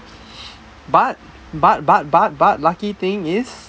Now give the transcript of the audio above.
but but but but but lucky thing is